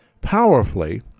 Powerfully